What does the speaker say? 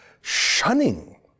shunning